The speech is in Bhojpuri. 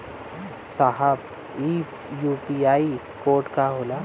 साहब इ यू.पी.आई कोड का होला?